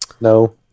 no